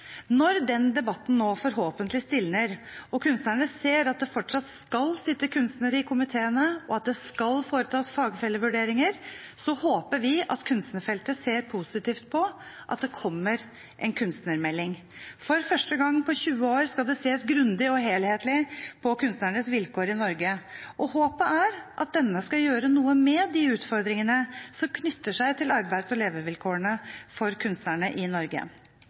Når den debatten nå forhåpentlig stilner og kunstnerne ser at det fortsatt skal sitte kunstnere i komiteene, og at det skal foretas fagfellevurderinger, håper vi at kunstnerfeltet ser positivt på at det kommer en kunstnermelding. For første gang på 20 år skal det ses grundig og helhetlig på kunstnernes vilkår i Norge, og håpet er at denne meldingen skal gjøre noe med de utfordringene som knytter seg til arbeids- og levevilkårene for kunstnerne i Norge.